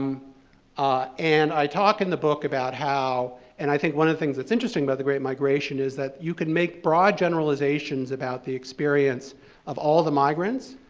ah and i talk in the book about how, and i think one of the things that's interesting about the great migration is, that you can make broad generalizations about the experience of all the migrants,